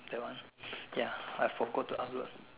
that one ya I forgot to upload